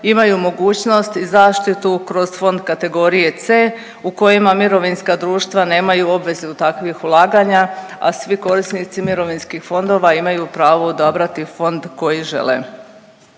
imaju mogućnost i zaštitu kroz fond kategorije C u kojima mirovinska društva nemaju obvezu takvih ulaganja, a svi korisnici mirovinskih fondova imaju pravo odabrati fond koji žele.